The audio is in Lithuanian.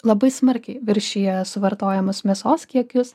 labai smarkiai viršija suvartojamos mėsos kiekius